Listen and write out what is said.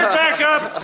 back up!